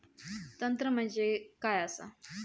तंत्र म्हणजे काय असा?